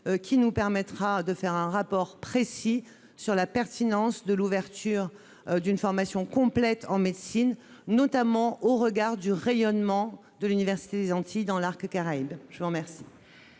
qui nous permettra de faire un rapport précis sur la pertinence de l'ouverture d'une formation complète en médecine, notamment au regard du rayonnement de l'université des Antilles dans l'arc caraïbe, je vous remercie.